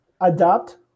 adapt